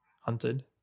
hunted